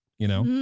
you know?